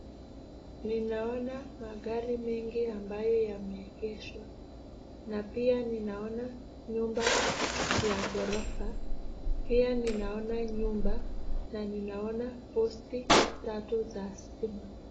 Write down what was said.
Ninaona magari mengi ambayo yameegeshwa na pia ninaona nyumba ya ghorofa pia ninaona nyumba na ninaona posti tatu za stima.